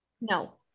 no